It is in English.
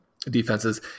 defenses